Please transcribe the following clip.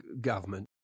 government